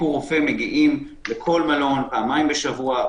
ביקור רופא מגיעים לכל מלון פעמיים-שלוש בשבוע.